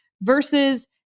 versus